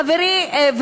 וחברי,